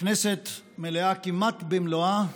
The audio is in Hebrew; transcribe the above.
כנסת מלאה, כמעט במלואה,